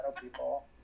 people